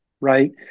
right